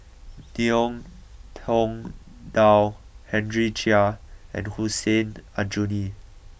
Ngiam Tong Dow Henry Chia and Hussein Aljunied